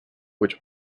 which